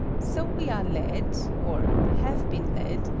so we are led, or have been led,